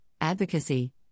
Advocacy